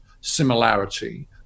similarity